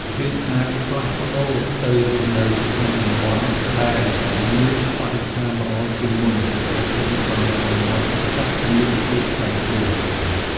យើងអាចផ្លាស់ប្តូរទៅរស់នៅក្នុងតំបន់ដែលមានបរិស្ថានល្អជាងមុន ប្រសិនបើតំបន់ចាស់មានភាពប្រែប្រួល។